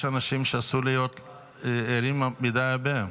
יש אנשים שאסור להם להיות ערים הרבה.